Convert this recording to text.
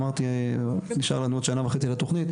אמרתי נשארה לנו עוד שנה וחצי לתכנית.